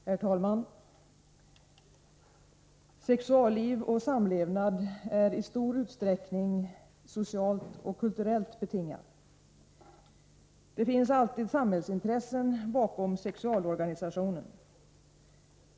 Herr talman! Sexualliv och samlevnad är i stor utsträckning socialt och kulturellt betingade. Det finns alltid samhällsintressen bakom sexualorganisationen.